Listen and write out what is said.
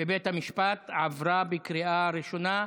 בבית המשפט), התשפ"ב 2022,